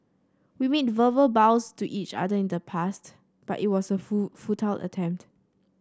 we made verbal vows to each other in the past but it was a futile attempt